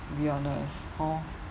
to be honest hor